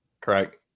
correct